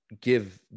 give